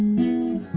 you